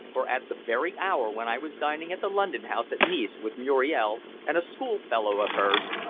for at the very hour when i was dining at the london house at nice with muriel and a schoolfellow of hers,